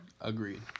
Agreed